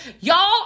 Y'all